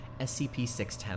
SCP-610